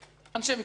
אנשי מקצוע.